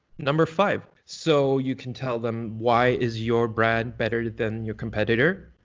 number five. so you can tell them why is your brand better than your competitor.